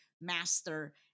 master